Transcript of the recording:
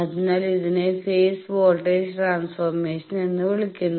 അതിനാൽ ഇതിനെ phase voltage transformation എന്നു വിളിക്കുന്നു